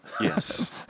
Yes